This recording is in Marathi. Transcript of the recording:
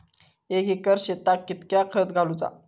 एक एकर शेताक कीतक्या खत घालूचा?